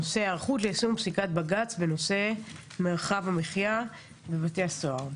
הנושא: היערכות ליישום פסיקת בג"ץ בנושא מרחב המחיה בבתי הסוהר.